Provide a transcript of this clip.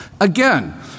Again